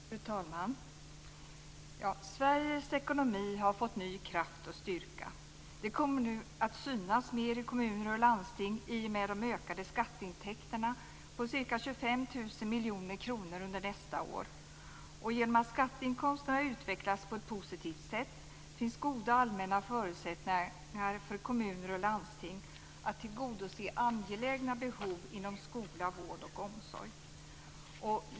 Fru talman! Sveriges ekonomi har fått ny kraft och styrka. Det kommer nu att synas mer i kommuner och landsting i och med de ökade skatteintäkterna på ca 25 000 miljoner kronor under nästa år. Genom att skatteinkomsterna utvecklas på ett positivt sätt finns goda allmänna förutsättningar för kommuner och landsting att tillgodose angelägna behov inom skola, vård och omsorg.